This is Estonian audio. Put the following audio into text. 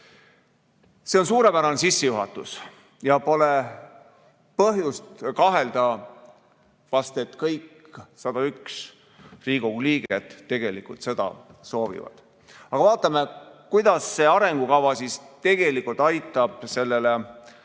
..."See on suurepärane sissejuhatus ja pole põhjust kahelda, et kõik 101 Riigikogu liiget tegelikult seda soovivad. Aga vaatame, kuidas see arengukava tegelikult aitab sellele